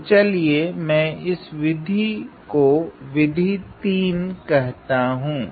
तो चलिये मैं इस को विधि 3 कहता हूँ